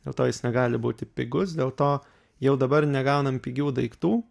dėl to jis negali būti pigus dėl to jau dabar negaunam pigių daiktų